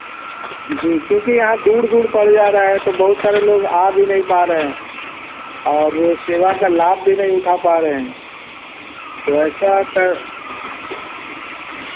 जी क्योंकि यहाँ दूर दूर पड़ जा रहा है तो बहुत सारे लोग आ भी नहीं पा रहे हैं और वह सेवा का लाभ भी नहीं उठा पा रहे है तो ऐसा कर